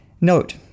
Note